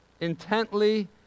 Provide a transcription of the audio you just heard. intently